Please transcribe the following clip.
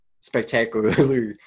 spectacularly